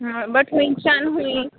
but खुंयच्या खूंय